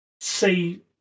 see